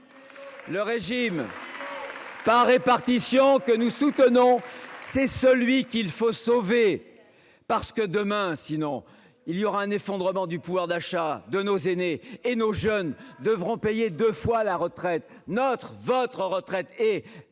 Le régime. Par répartition que nous soutenons. C'est celui qu'il faut sauver parce que demain sinon il y aura un effondrement du pouvoir d'achat de nos aînés et nos jeunes devront payer 2 fois la retraite notre votre retraite et